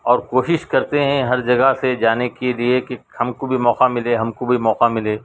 اور کوشش کرتے ہیں ہر جگہ سے جانے کے لیے کہ ہم کو بھی موقع ملے ہم کو بھی موقع ملے